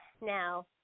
now